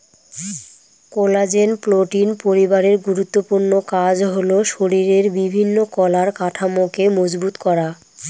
collagen protein পরিবারের গুরুত্বপূর্ণ কাজ হল শরীরের বিভিন্ন কলার কাঠামোকে মজবুত করা